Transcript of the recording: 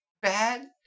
Bad